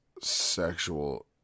sexual